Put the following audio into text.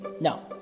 No